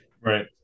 Right